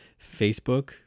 Facebook